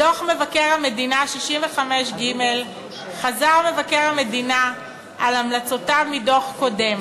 בדוח מבקר המדינה 65ג חזר מבקר המדינה על המלצותיו מדוח קודם